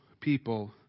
people